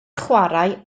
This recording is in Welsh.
chwarae